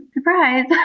surprise